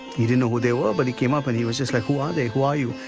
he didn't know who they were but he came up and he was just like, who are they, who are you?